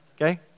Okay